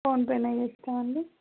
phone పేనే చేస్తా అండి